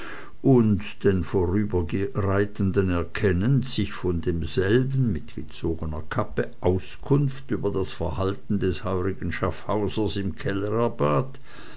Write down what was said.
und den vorüberreitenden erkennend sich von demselben mit gezogener kappe auskunft über das verhalten des heurigen schaffhausers im